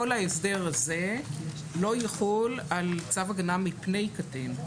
כל ההסדר הזה לא יחול על צו הגנה מפני קטין.